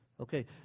Okay